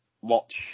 Watch